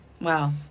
Wow